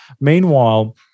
Meanwhile